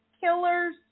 killers